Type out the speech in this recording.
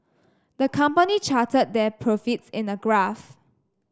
the company charted their profits in a graph